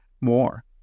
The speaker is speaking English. more